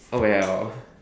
oh well